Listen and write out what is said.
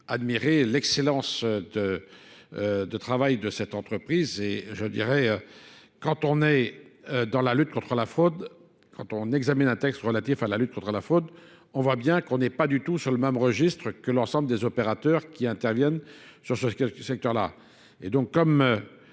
admirer l'excellence de travail de cette entreprise. Et je dirais, quand on est dans la lutte contre la fraude, quand on examine un texte relatif à la lutte contre la fraude, on voit bien qu'on n'est pas du tout sur le même registre que l'ensemble des opérateurs qui interviennent sur ce secteur-là.